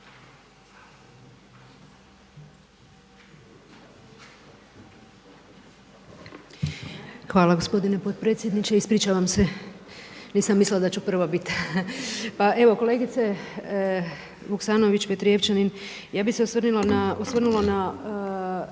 Hvala gospodine potpredsjedniče. Ispričavam se, nisam mislila da ću prva bit. Pa evo kolegice Vuksanović Petrijevčanin ja bih se osvrnula na,